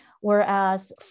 whereas